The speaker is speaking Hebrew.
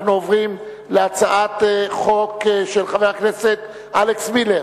אנחנו עוברים להצעת חוק של חבר הכנסת אלכס מילר,